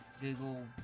Google